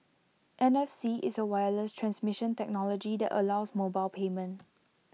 N F C is A wireless transmission technology that allows mobile payment